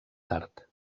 tard